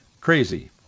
crazy